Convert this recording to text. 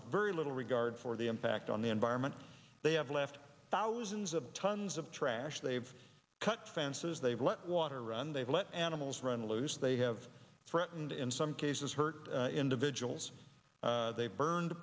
with very little regard for the impact on the environment they have left thousands of tons of trash they've cut fences they've let water run they've let animals run loose they have for it and in some cases hurt individuals they've burned